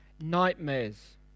Nightmares